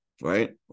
right